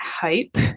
hope